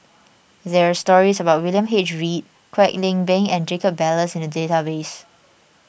there are stories about William H Read Kwek Leng Beng and Jacob Ballas in the database